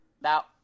Now